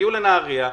הגיעו לנהריה,